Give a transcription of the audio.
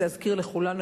להזכיר לכולנו,